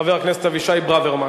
חבר הכנסת אבישי ברוורמן.